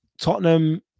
Tottenham